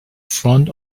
front